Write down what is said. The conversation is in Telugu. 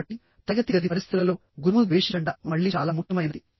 కాబట్టి తరగతి గది పరిస్థితులలో గురువును ద్వేషించండమ్మళ్ళీ చాలా ముఖ్యమైనది